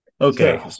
Okay